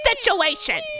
situation